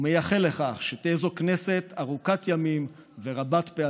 ומייחל לכך שתהא זו כנסת ארוכת ימים ורבת-פעלים.